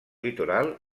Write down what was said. litoral